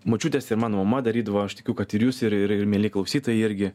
močiutės ir mano mama darydavo aš tikiu kad ir jūs ir ir mieli klausytojai irgi